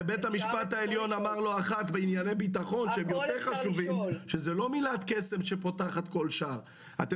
ביום רביעי יש לנו דיון קטן כדי לקבוע האם זה נכון לכל החיסונים או האם